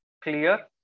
clear